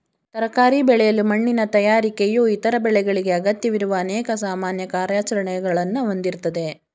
ತರಕಾರಿ ಬೆಳೆಯಲು ಮಣ್ಣಿನ ತಯಾರಿಕೆಯು ಇತರ ಬೆಳೆಗಳಿಗೆ ಅಗತ್ಯವಿರುವ ಅನೇಕ ಸಾಮಾನ್ಯ ಕಾರ್ಯಾಚರಣೆಗಳನ್ನ ಹೊಂದಿರ್ತದೆ